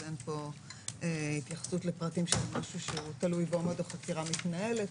אז אין פה התייחסות לפרטים של משהו שתלוי ועומד בחקירה מתנהלת.